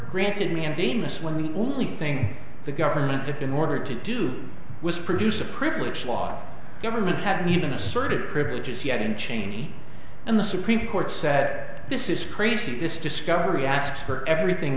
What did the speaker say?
granted mandamus when the only thing the government dipped in order to do was produce a privilege while government had even asserted privileges yet in cheney and the supreme court said this is crazy this discovery asks for everything